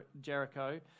Jericho